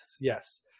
Yes